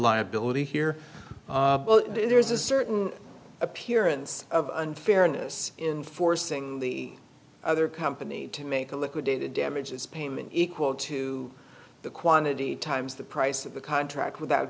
liability here there's a certain appearance of unfairness in forcing the other company to make a liquidated damages payment equal to the quantity times the price of the contract without